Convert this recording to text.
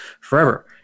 forever